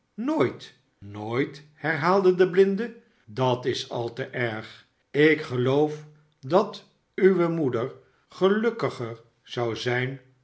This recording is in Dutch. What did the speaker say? snooit snooit herhaalde de blinde dat is alteerg ik geloof dat uwe moeder gelukkiger zou zijn